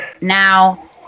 now